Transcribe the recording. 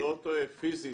אני לא טועה, פיזית.